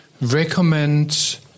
recommend